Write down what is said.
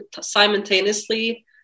simultaneously